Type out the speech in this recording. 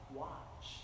watch